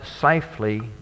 safely